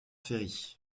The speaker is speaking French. ferry